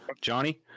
Johnny